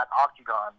octagon